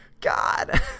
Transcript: god